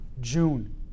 June